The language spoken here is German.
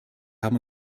haben